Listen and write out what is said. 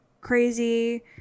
crazy